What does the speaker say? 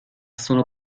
sono